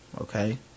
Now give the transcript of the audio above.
Okay